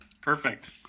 Perfect